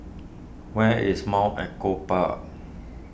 where is Mount Echo Park